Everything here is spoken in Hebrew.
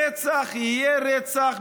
רצח יהיה רצח,